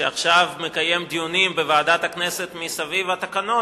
שעכשיו מקיים דיונים בוועדת הכנסת באשר לתקנון,